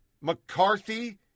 McCarthy